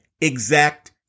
exact